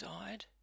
died